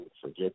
forget